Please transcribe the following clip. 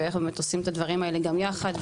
ואיך באמת עושים את הדברים האלה גם יחד?